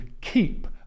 keep